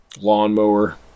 lawnmower